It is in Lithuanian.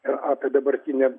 ir apie dabartinę